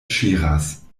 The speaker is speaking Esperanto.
ŝiras